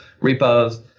repos